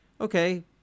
okay